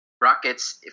Rockets